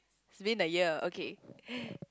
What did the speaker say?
it's been a year okay